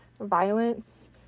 violence